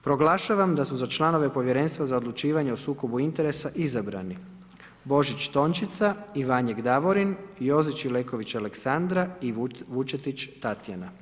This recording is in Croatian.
Proglašavam da su za članove Povjerenstva za odlučivanje o sukobu interesa izabrani, Božić Tončica, Ivanjek Davorin, Jozić Leković Aleksandra i Vučetić Tatjana.